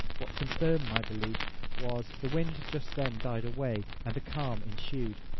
what confirmed my belief was, the wind just then died away, and a calm ensued,